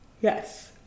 Yes